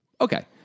Okay